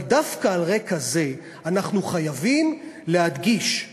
אבל דווקא על רקע זה אנחנו חייבים להדגיש,